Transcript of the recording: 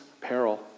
peril